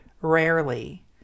rarely